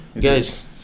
Guys